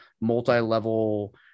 multi-level